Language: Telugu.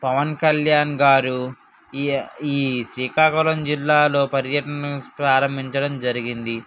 పవన్ కళ్యాణ్ గారు ఈ ఈ శ్రీకాకుళం జిల్లాలో పర్యటన ప్రారంభించడం జరిగింది